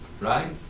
right